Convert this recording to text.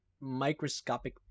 microscopic